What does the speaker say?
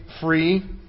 free